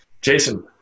Jason